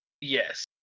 yes